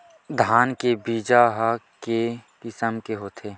धान के बीजा ह के किसम के होथे?